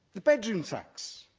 the bedroom tax.